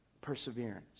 Perseverance